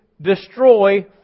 destroy